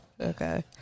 Okay